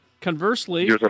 Conversely